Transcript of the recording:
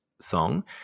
song